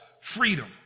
freedom